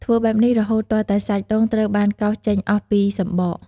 ធ្វើបែបនេះរហូតទាល់តែសាច់ដូងត្រូវបានកោសចេញអស់ពីសម្បក។